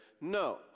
no